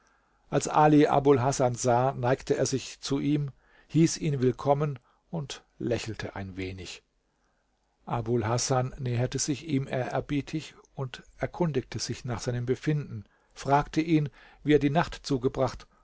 als ali abul hasan sah neigte er sich zu ihm hieß ihn willkommen und lächelte ein wenig abul hasan näherte sich ihm ehrerbietig und erkundigte sich nach seinem befinden fragte ihn wie er die nacht zugebracht